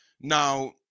now